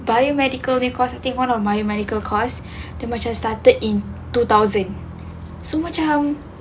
biomedical punya course I think one of the medical course dia macam started in two thousand so macam